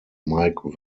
mike